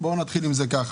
בואו נתחיל כך.